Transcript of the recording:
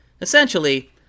Essentially